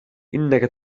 إنك